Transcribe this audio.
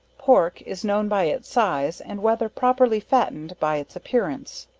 pork, is known by its size, and whether properly fattened by its appearance.